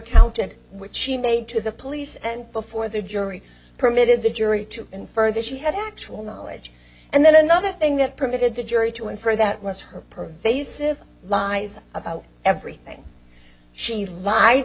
counted which she made to the police and before the jury permitted the jury to infer that she had actual knowledge and then another thing that permitted the jury to infer that was her pervasive lies about everything she lied